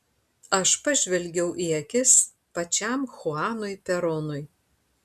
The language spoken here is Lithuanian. aš pažvelgiau į akis pačiam chuanui peronui